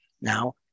Now